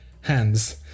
Hands